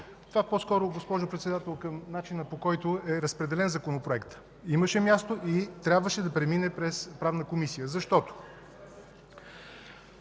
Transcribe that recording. Това по-скоро, госпожо Председател, към начина, по който е разпределен Законопроектът. Имаше място и трябваше да премине през Правната комисия, защото,